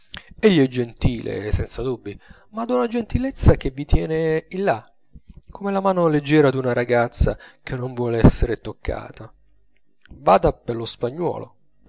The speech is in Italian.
egli è gentile senza dubbio ma d'una gentilezza che vi tiene in là come la mano leggiera d'una ragazza che non vuol essere toccata vada per lo spagnuolo